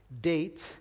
date